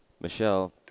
Michelle